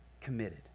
committed